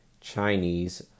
Chinese